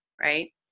Right